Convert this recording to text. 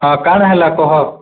ହଁ କ'ଣ ହେଲା କହ